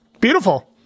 Beautiful